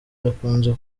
bakunze